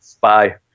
Bye